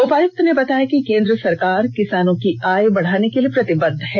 उपायुक्त ने बताया कि केंद्र सरकार किसानों की आय बढ़ाने के लिए प्रतिबद्ध है